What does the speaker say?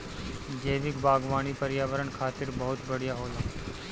जैविक बागवानी पर्यावरण खातिर बहुत बढ़िया होला